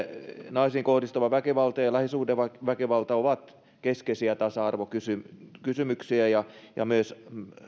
naisiin kohdistuva väkivalta ja lähisuhdeväkivalta ovat keskeisiä tasa arvokysymyksiä ja ja myös